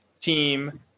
team